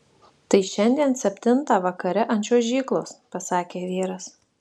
tai šiandien septintą vakare ant čiuožyklos pasakė vyras